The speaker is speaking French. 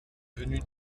venue